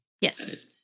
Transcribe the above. yes